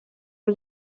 wer